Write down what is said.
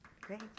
Great